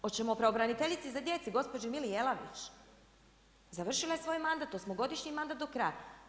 Hoćemo pravobraniteljici za djecu, gospođi Mili Jelavić, završila je svoj mandat, osmogodišnji mandat do kraja.